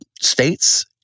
states